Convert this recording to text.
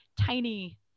tiny